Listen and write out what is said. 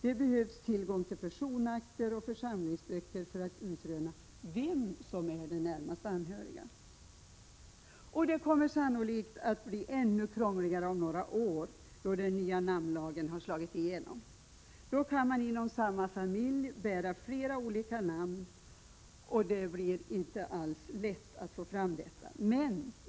Det behövs tillgång till personakter och församlingsböcker för att utröna vem som är närmast anhörig. Det kommer dessutom sannolikt att bli ännu krångligare om några år, då den nya namnlagen har slagit igenom. Då kan man inom samma familj bära flera olika efternamn.